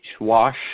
WASH